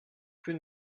plus